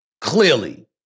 Clearly